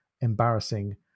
embarrassing